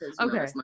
Okay